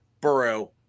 Burrow